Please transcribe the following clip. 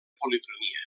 policromia